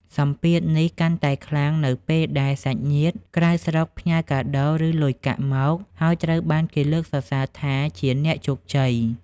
សម្ពាធនេះកាន់តែខ្លាំង នៅពេលដែលសាច់ញាតិក្រៅស្រុកផ្ញើកាដូ ឬលុយកាក់មក ហើយត្រូវបានគេលើកសរសើរថាជា "អ្នកជោគជ័យ"។